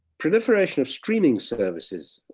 proliferation of streaming services